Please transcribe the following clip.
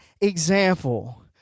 example